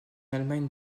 allemagne